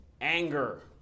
anger